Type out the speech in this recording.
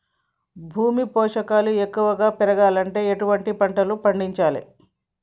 భూమిలో పోషకాలు ఎక్కువగా పెరగాలంటే ఎటువంటి పంటలు పండించాలే?